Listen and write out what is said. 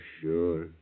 sure